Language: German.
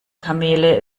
kamele